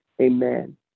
amen